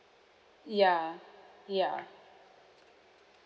ya ya